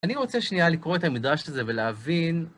אני רוצה שנייה לקרוא את המדרש הזה ולהבין.